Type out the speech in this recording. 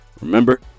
Remember